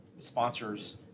sponsors